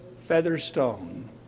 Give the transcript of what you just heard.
Featherstone